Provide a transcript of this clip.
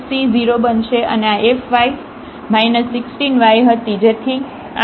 0 બનશે અને આ fy 16 y હતી તેથી આfyy 16 થશે